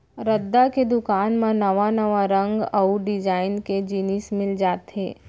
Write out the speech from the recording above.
रद्दा के दुकान म नवा नवा रंग अउ डिजाइन के जिनिस मिल जाथे